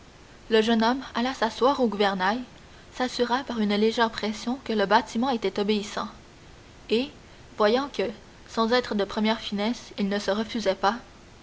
le jeune homme alla s'asseoir au gouvernail s'assura par une légère pression que le bâtiment était obéissant et voyant que sans être de première finesse il ne se refusait pas